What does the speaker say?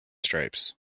stripes